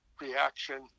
reaction